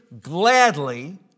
gladly